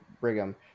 brigham